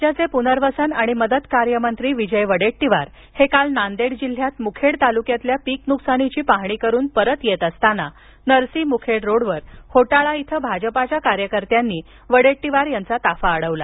राज्याचे पुनर्वसन आणि मदत कार्य मंत्री विजय वडेट्टीवार हे काल नांदेड जिल्ह्यात मुखेड तालुक्यातील पिक नुकसानीची पाहणी करून परत येत असतांना नरसी मुखेड रोडवर होटाळा इथं भाजपाच्या कार्यकर्त्यांनी वडेट्टीवार यांचा ताफा आवडला